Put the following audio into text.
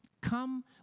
Come